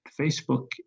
Facebook